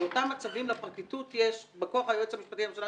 באותם מצבים לפרקליטות שמופיעה בכובע היועץ המשפטי לממשלה,